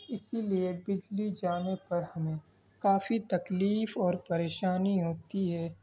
اسی لیے بجلی جانے پر ہمیں کافی تکلیف اور پریشانی ہوتی ہے